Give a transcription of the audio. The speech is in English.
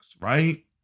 Right